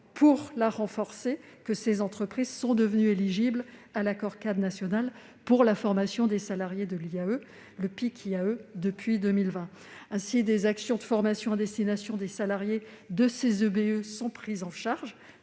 pour la renforcer que ces dernières sont devenues éligibles à l'accord-cadre national pour la formation des salariés de l'IAE, le PIC IAE, depuis 2020. Des actions de formation à destination des salariés des EBE sont déjà prises en charge,